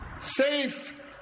safe